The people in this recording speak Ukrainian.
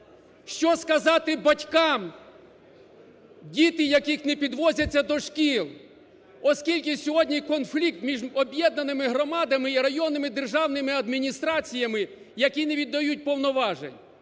Що сказати батькам, діти яких не підвозяться до шкіл, оскільки сьогодні конфлікт між об'єднаними громадами і районними державними адміністраціями, які не віддають повноважень?